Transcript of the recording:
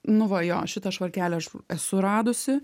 nu va jo šitą švarkelį aš esu radusi